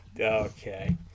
Okay